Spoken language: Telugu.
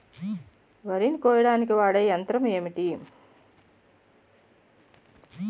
వరి ని కోయడానికి వాడే యంత్రం ఏంటి?